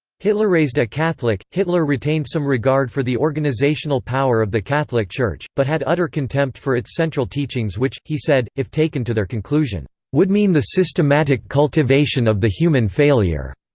hitlerraised a catholic, hitler retained some regard for the organisational power of the catholic church, but had utter contempt for its central teachings which, he said, if taken to their conclusion would mean the systematic cultivation of the human failure.